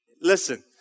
Listen